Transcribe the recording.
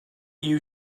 you